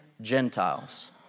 Gentiles